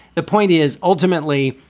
the point is, ultimately,